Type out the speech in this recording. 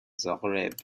zagreb